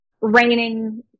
raining